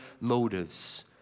motives